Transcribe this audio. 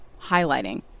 highlighting